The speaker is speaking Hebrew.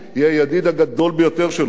היא הידיד הגדול ביותר שלו,